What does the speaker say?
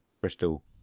Bristol